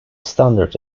standard